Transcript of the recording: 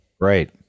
Right